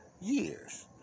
years